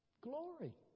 Glory